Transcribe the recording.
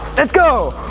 let's go!